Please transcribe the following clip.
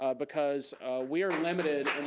ah because we are limited